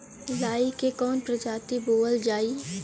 लाही की कवन प्रजाति बोअल जाई?